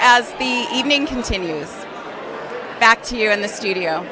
as the evening continues back here in the studio